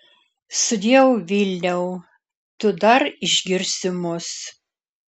sudieu vilniau tu dar išgirsi mus